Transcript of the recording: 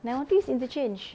nine one three is interchange